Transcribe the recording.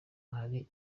hari